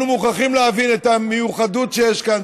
אנחנו מוכרחים להבין את המיוחדוּת שיש כאן,